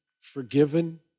forgiven